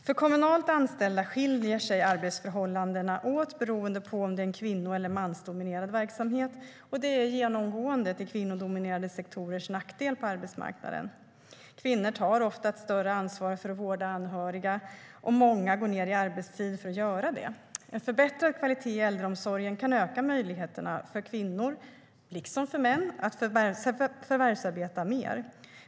För kommunalt anställda skiljer sig arbetsförhållandena åt beroende på om det är en kvinno eller mansdominerad verksamhet, och det är genomgående till kvinnodominerade sektorers nackdel på arbetsmarknaden. Kvinnor tar ofta ett större ansvar för att vårda anhöriga, och många går ned i arbetstid för att göra detta. En förbättrad kvalitet i äldreomsorgen kan öka möjligheterna för kvinnor liksom för män att förvärvsarbeta mer.